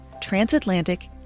transatlantic